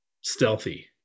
stealthy